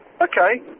okay